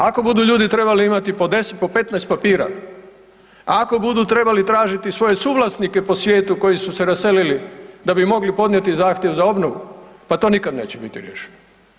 Ako budu ljudi trebali imat po 10, po 15 papira, ako budu trebali tražiti svoje suvlasnike po svijetu koji su se raselili da bi mogli podnijeti zahtjev za obnovu, pa to nikad neće biti riješeno.